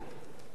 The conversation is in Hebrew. הם בעצם